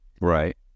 right